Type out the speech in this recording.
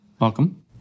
welcome